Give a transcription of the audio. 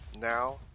Now